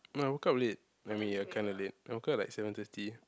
I woke up late I mean yeah kinda late I woke up like seven thirty